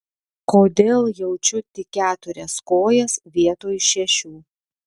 kodėl jaučiu tik keturias kojas vietoj šešių